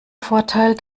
vorteil